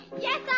Yes